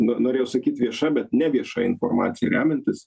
n norėjau sakyt vieša bet nevieša informacija remiantis